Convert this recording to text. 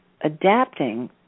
adapting